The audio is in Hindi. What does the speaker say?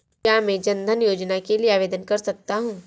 क्या मैं जन धन योजना के लिए आवेदन कर सकता हूँ?